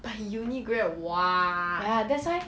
but uni grad [what]